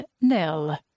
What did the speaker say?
Nil